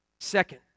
Second